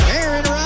Aaron